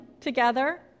together